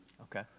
Okay